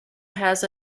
has